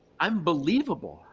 i'm believable,